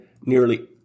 nearly